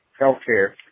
healthcare